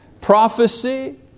Prophecy